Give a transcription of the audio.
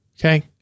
Okay